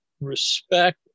respect